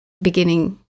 beginning